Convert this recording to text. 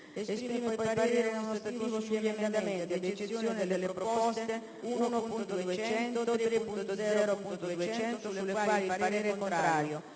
Esprime poi parere non ostativo sugli emendamenti, ad eccezione delle proposte 1.200 e 3.0.200, sulle quali il parere è contrario,